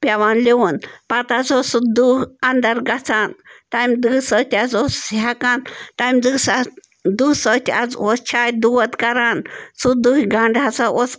پٮ۪وان لِوُن پَتہٕ ہسا اوس سُہ دٕہ اَنٛدَر گژھان تَمہِ دٕہ سۭتۍ حظ اوس ہٮ۪کان تَمہِ دٕہ دٕہ سۭتۍ حظ اوس چھاتہِ دود کَران سُہ دٕہہِ گَنٛڈٕ ہسا اوس